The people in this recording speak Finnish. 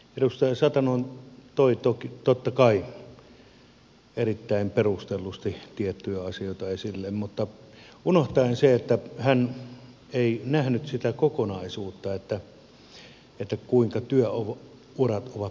edustaja satonen toi totta kai erittäin perustellusti tiettyjä asioita esille mutta unohtaen sen että hän ei nähnyt sitä kokonaisuutta kuinka työurat ovat pidentyneet